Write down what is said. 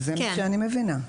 זה מה שאני מבינה.